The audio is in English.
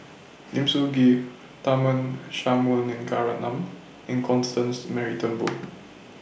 Lim Sun Gee Tharman Shanmugaratnam and Constance Mary Turnbull